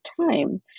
time